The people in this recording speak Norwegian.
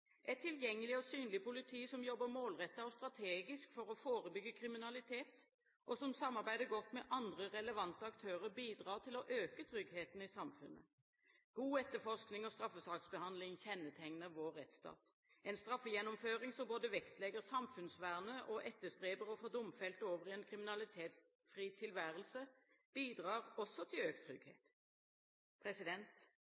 Et tilgjengelig og synlig politi som jobber målrettet og strategisk for å forebygge kriminalitet, og som samarbeider godt med andre relevante aktører, bidrar til å øke tryggheten i samfunnet. God etterforskning og straffesaksbehandling kjennetegner vår rettsstat. En straffegjennomføring som både vektlegger samfunnsvernet og etterstreber å få domfelte over i en kriminalitetsfri tilværelse, bidrar også til økt trygghet.